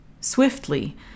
Swiftly